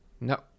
no